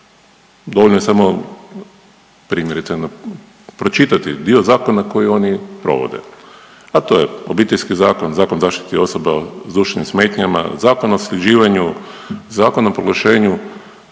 Dovoljno je samo primjerice pročitati dio zakona koji oni provode, a to je Obiteljski zakon, Zakon o zaštiti osoba sa duševnim smetnjama, Zakon o nasljeđivanju, Zakon o proglašenju